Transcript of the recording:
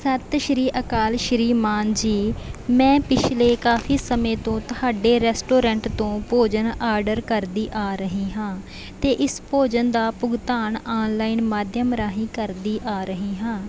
ਸਤਿ ਸ਼੍ਰੀ ਅਕਾਲ ਸ਼੍ਰੀ ਮਾਨ ਜੀ ਮੈਂ ਪਿਛਲੇ ਕਾਫੀ ਸਮੇਂ ਤੋਂ ਤੁਹਾਡੇ ਰੈਸਟੋਰੈਂਟ ਤੋਂ ਭੋਜਨ ਆਡਰ ਕਰਦੀ ਆ ਰਹੀ ਹਾਂ ਅਤੇ ਇਸ ਭੋਜਨ ਦਾ ਭੁਗਤਾਨ ਆਨਲਾਈਨ ਮਾਧਿਅਮ ਰਾਹੀਂ ਕਰਦੀ ਆ ਰਹੀ ਹਾਂ